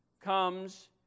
comes